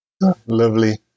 Lovely